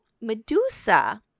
Medusa